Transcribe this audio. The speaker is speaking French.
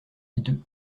hideux